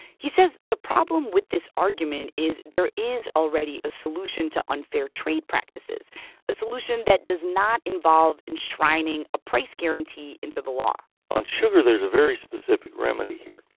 he says the problem with this argument is there is already a solution to unfair trade practices a solution that does not involve enshrining a price guarantee into the law on sugar, there's a very specific remedy here.